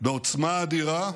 בעוצמה אדירה.